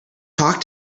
talk